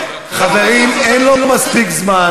חברים, אין לו מספיק זמן.